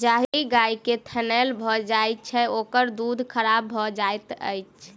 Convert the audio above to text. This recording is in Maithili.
जाहि गाय के थनैल भ जाइत छै, ओकर दूध खराब भ जाइत छै